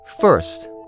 First